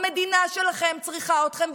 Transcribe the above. המדינה שלכם צריכה אתכם,